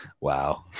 Wow